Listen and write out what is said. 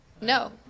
No